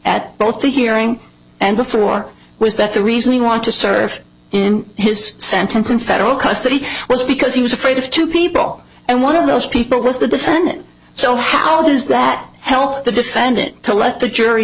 at both the hearing and before was that the reason you want to serve in his sentence in federal custody was because he was afraid of two people and one of those people was the defendant so how does that help the defendant to let the jury